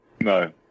No